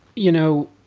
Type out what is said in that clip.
you know,